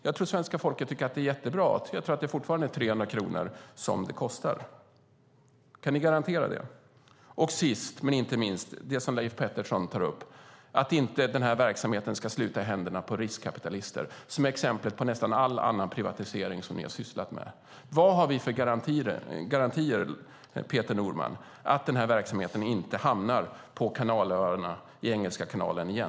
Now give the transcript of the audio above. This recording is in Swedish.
Jag tror att svenska folket tycker att det är jättebra att priset fortfarande är 300 kronor - som jag tror att det kostar. Kan ni garantera detta? Sist men inte minst handlar det om det som Leif Pettersson tar upp - att verksamheten inte ska sluta i händerna på riskkapitalister som i exemplen på nästan all annan privatisering som ni har sysslat med. Vad har vi för garantier, Peter Norman, för att inte också denna verksamhet hamnar på öarna i Engelska kanalen?